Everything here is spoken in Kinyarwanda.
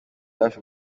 hafi